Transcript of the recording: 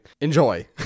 Enjoy